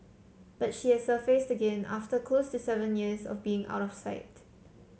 but she has surfaced again after close to seven years of being out of sight